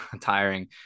tiring